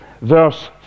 verse